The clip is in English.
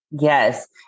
Yes